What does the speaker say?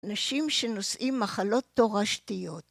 אנשים שנושאים מחלות תורשתיות.